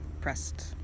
pressed